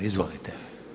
Izvolite.